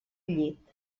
llit